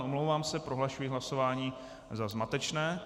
Omlouvám se, prohlašuji hlasování za zmatečné.